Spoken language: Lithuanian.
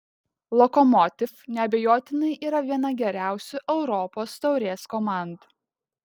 lokomotiv neabejotinai yra viena geriausių europos taurės komandų